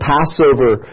Passover